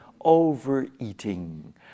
Overeating